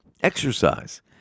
exercise